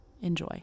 enjoy